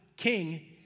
king